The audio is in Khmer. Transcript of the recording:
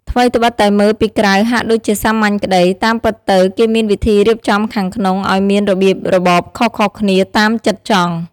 ថ្វីត្បិតតែមើលពីក្រៅហាក់ដូចជាសាមញ្ញក្តី តាមពិតទៅគេមានវិធីរៀបចំខាងក្នុងឱ្យមានរបៀបរបបខុសៗគ្នាតាមចិត្តចង់។